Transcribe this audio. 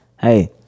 Hey